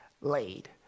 laid